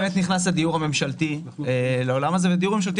מגעים גם עם חברי הכנסת וגם איתי וגם עם משרד החינוך.